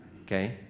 okay